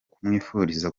kumwifuriza